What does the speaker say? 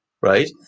right